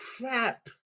crap